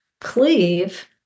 cleave